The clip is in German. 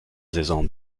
saison